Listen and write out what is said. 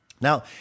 Now